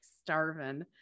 starving